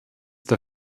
der